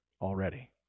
already